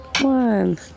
One